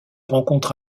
rencontre